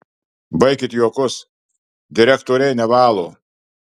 baikit juokus direktoriai nevalo